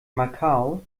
macau